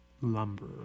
Lumber